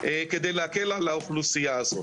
כדי להקל על האוכלוסייה הזאת.